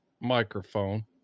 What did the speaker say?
microphone